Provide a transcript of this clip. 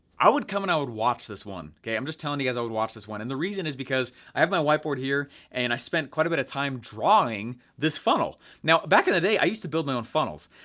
i would come and i would watch this one, okay? i'm just telling you guys i would watch this one, and the reason is because i have my whiteboard here and i spent quite a bit of time drawing this funnel. now, back in the day, i used to build my own funnels,